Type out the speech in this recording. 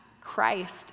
Christ